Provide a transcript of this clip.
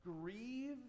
grieve